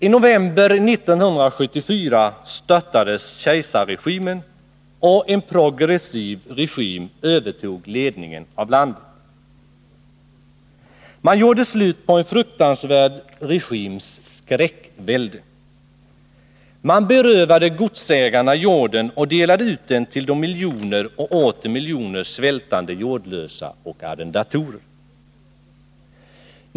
I november 1974 störtades kejsarregimen och en progressiv regim övertog ledningen av landet. Man gjorde slut på en fruktansvärd regims skräckvälde. Man berövade godsägarna jorden och delade ut den till de miljoner och åter miljoner svältande jordlösa och arrendatorerna.